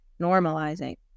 normalizing